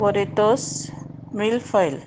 burritos मिल file